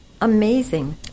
Amazing